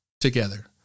Together